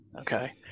Okay